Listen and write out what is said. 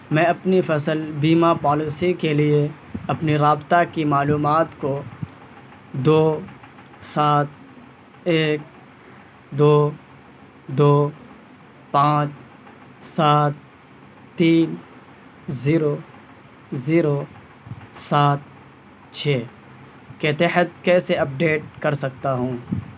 میں اپنی فصل بیمہ پالیسی کے لیے اپنی رابطہ کی معلومات کو دو سات ایک دو دو پانچ سات تین زیرو زیرو سات چھ کے تحت کیسے اپ ڈیٹ کر سکتا ہوں